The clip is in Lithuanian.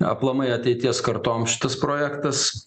aplamai ateities kartoms šitas projektas